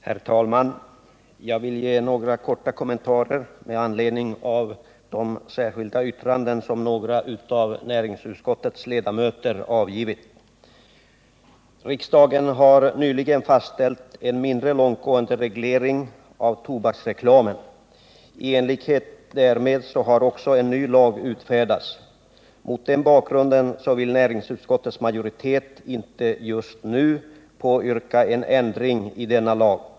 Herr talman! Jag vill göra några korta kommentarer med anledning av de särskilda yttranden några av näringsutskottets ledamöter har avgett. Riksdagen har nyligen fastställt en mindre långtgående reglering av tobaksreklamen. I enlighet därmed har också en ny lag utfärdats. Mot den bakgrunden vill näringsutskottets majoritet inte just nu påyrka en ändring i denna lag.